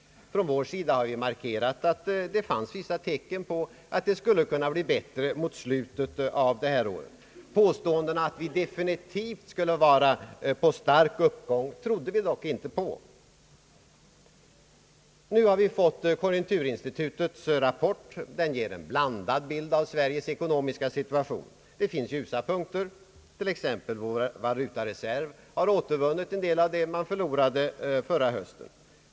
Vi har markerat att det fanns tecken på att konjunkturerna skulle bli bättre mot slutet av detta år. Påståendet att konjunkturerna definitivt skulle vara på stark uppgång trodde vi dock inte på. Nu har konjunkturinstitutets rapport kommit. Den ger en blandad bild av Sveriges ekonomiska situation. Det finns ljusa punkter. Vår valutareserv har t.ex. återvunnit det som förlorades förra hösten.